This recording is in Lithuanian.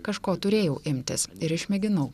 kažko turėjau imtis ir išmėginau